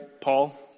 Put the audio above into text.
Paul